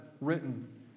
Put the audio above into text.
written